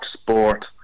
sport